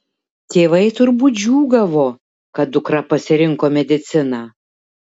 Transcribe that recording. tėvai turbūt džiūgavo kad dukra pasirinko mediciną